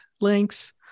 links